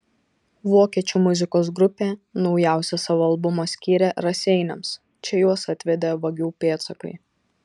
vokiečių muzikos grupė naujausią savo albumą skyrė raseiniams čia juos atvedė vagių pėdsakai